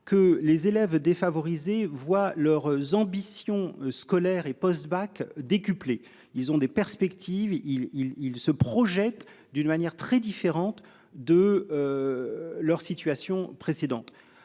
que les élèves défavorisés voient leur ambition scolaire et post-bac décuplée. Ils ont des perspectives, il il il se projette d'une manière très différente de. Leur situation précédente,